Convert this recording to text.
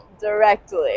Directly